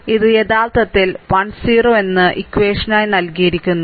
ഇത് യഥാർത്ഥത്തിൽ 10 എന്ന ഇക്വഷനായി നൽകിയിരിക്കുന്നു